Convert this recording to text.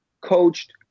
coached